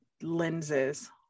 lenses